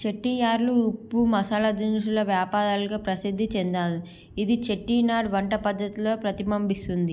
చెట్టియార్లు ఉప్పు మసాలదినుసుల వ్యాపారులుగా ప్రసిద్ధి చెందారు ఇది చెట్టినాడ్ వంట పద్ధతిలో ప్రతిబంబిస్తుంది